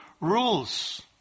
rules